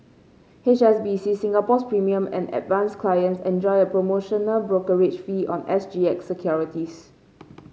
H S B C Singapore's Premier and Advance clients enjoy a promotional brokerage fee on S G X securities